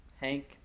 Hank